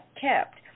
kept